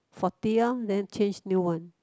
faulty lor then change new one